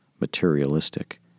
materialistic